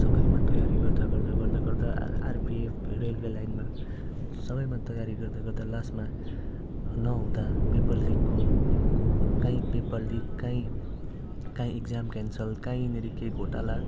सबैमा तयारी गर्दा गर्दा गर्दा आरपिएफ रेलवे लाइनमा सबैमा तयारी गर्दा गर्दा लास्टमा नहुँदा पेपर लिकको कहीँ पेपर लिक कहीँ कहीँ इग्जाम क्यान्सल कहीँनिर के घोटाला